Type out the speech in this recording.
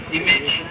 image